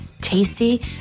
tasty